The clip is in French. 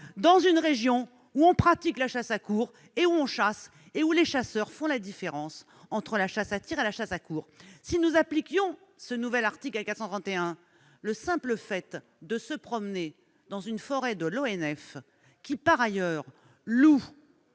dans une région où l'on pratique la chasse à courre, mais où les chasseurs font la différence avec la chasse à tir. Si nous appliquions ce nouvel article 431-1, le simple fait de se promener dans une forêt de l'ONF, par ailleurs louée